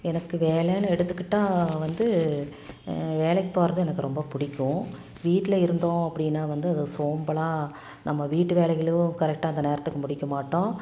எனக்கு வேலைன்னு எடுத்துக்கிட்டா வந்து வேலைக்கு போறது எனக்கு ரொம்ப பிடிக்கும் வீட்டில் இருந்தோம் அப்படினா வந்து அது சோம்பலாக நம்ப வீட்டு வேலைகளும் கரெக்டாக அந்த நேரத்துக்கு முடிக்க மாட்டோம்